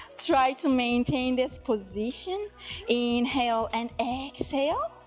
try to maintain this position inhale, and exhale,